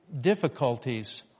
difficulties